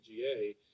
PGA